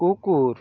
কুকুর